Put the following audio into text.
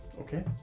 Okay